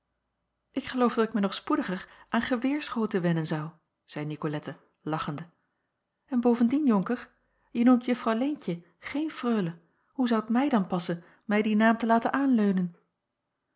ik geloof dat ik mij nog spoediger aan geweerschoten wennen zou zeî nicolette lachende en bovendien jacob van ennep laasje evenster onker je noemt juffrouw leentje geen freule hoe zou t mij dan passen mij dien naam te laten aanleunen